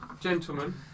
gentlemen